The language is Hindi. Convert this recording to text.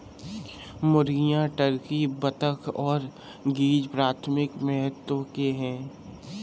मुर्गियां, टर्की, बत्तख और गीज़ प्राथमिक महत्व के हैं